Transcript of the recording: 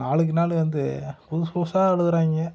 நாளுக்கு நாள் வந்து புதுசு புதுசாக எழுதுகிறாங்க